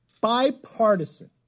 bipartisan